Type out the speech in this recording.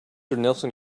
nelson